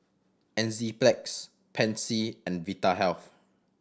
Enzyplex Pansy and Vitahealth